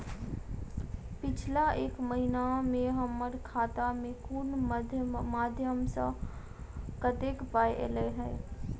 पिछला एक महीना मे हम्मर खाता मे कुन मध्यमे सऽ कत्तेक पाई ऐलई ह?